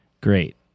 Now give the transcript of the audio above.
great